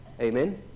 Amen